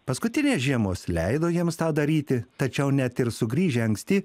paskutinės žiemos leido jiems tą daryti tačiau net ir sugrįžę anksti